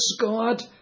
God